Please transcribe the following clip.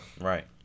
right